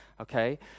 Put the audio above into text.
okay